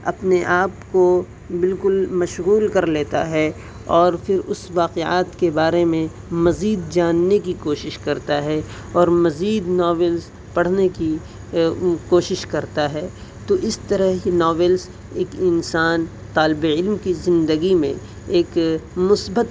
اپنے آپ کو بالکل مشغول کر لیتا ہے اور پھر اس واقعات کے بارے میں مزید جاننے کی کوشش کرتا ہے اور مزید ناولس پڑھنے کی کوشش کرتا ہے تو اس طرح ہی ناولس ایک انسان طالب علم کی زندگی میں ایک مثبت